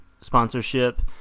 sponsorship